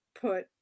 put